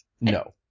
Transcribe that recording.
No